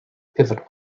pivot